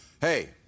hey